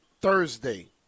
Thursday